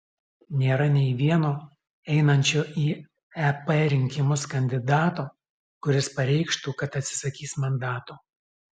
nėra nei vieno einančio į ep rinkimus kandidato kuris pareikštų kad atsisakys mandato